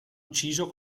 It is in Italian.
ucciso